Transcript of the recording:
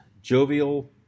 jovial